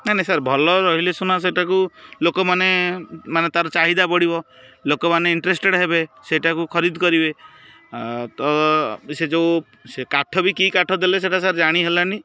ନାଇଁ ନାଇଁ ସାର୍ ଭଲ ରହିଲେ ସିନା ସେଇଟାକୁ ଲୋକମାନେ ମାନେ ତା'ର ଚାହିଦା ବଢ଼ିବ ଲୋକମାନେ ଇଣ୍ଟରେଷ୍ଟେଡ଼୍ ହେବେ ସେଇଟାକୁ ଖରିଦ୍ କରିବେ ତ ସେ ଯେଉଁ ସେ କାଠବି କି କାଠ ଦେଲେ ସେଇଟା ସାର୍ ଜାଣି ହେଲାନି